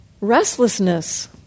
Restlessness